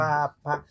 Papa